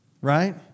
right